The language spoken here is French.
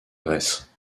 grèce